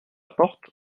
porte